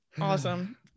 Awesome